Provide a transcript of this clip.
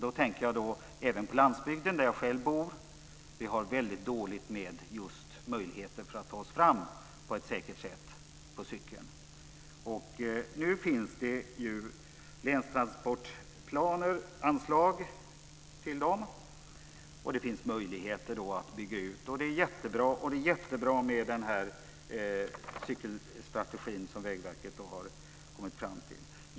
Då tänker jag även på landsbygden, där jag själv bor och där vi har väldigt dåliga möjligheter att ta oss fram på cykeln på ett säkert sätt. Nu finns det ju ett länstransportanslag till cykelbanor och därmed möjligheter att bygga ut dem. Det är jättebra med den cykelstrategi som Vägverket har kommit fram till.